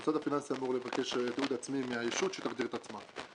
המוסד הפיננסי אמור לבקש תיעוד עצמי מהישות שתגדיר את עצמה,